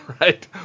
right